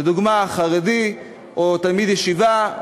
לדוגמה חרדי או תלמיד ישיבה,